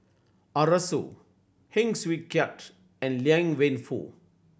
Arasu Heng Swee Keat and Liang Wenfu